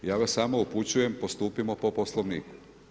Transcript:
Ja vas samo upućujem postupimo po Poslovniku.